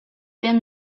been